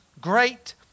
great